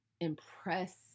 impress